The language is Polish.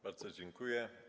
Bardzo dziękuję.